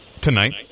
tonight